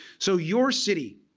so your city,